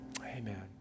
Amen